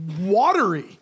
watery